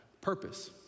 purpose